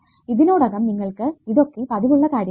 ഇതിനോടകം നിങ്ങൾക്ക് ഇതൊക്കെ പതിവുള്ള കാര്യങ്ങളാണ്